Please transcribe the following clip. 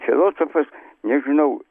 filosofas nežinau